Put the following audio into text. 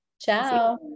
ciao